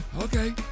Okay